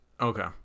Okay